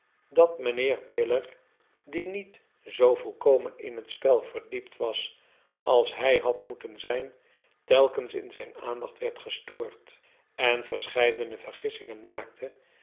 dat mijnheer miller die niet zoo volkomen in het spel verdiept was als hij had moeten zijn telkens in zijn aandacht werd gestoord en verscheidene vergissingen maakte